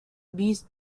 beast